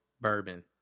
bourbon